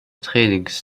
trainings